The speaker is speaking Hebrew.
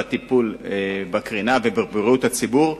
בטיפול בקרינה ובבריאות הציבור,